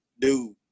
dude